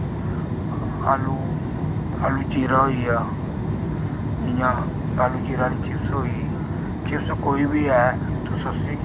आलू आलू जीरा होइया जि'यां आलू जीरा ते चिप्स होई चिप्स कोई बी ऐ तुस उसी